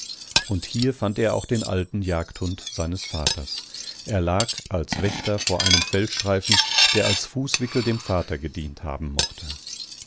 und hier fand er auch den alten jagdhund seines vaters er lag als wächter vor einem fellstreifen der als fußwickel dem vater gedient haben mochte